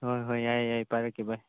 ꯍꯣꯏ ꯍꯣꯏ ꯌꯥꯏꯌꯦ ꯌꯥꯏꯌꯦ ꯄꯥꯏꯔꯛꯀꯦ ꯚꯥꯥꯏ